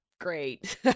great